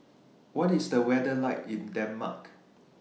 What IS The weather like in Denmark